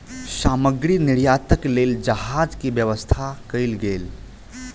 सामग्री निर्यातक लेल जहाज के व्यवस्था कयल गेल